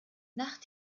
nach